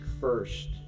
first